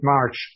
March